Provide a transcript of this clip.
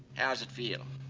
how's it feel?